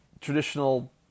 traditional